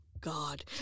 god